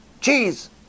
cheese